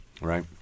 Right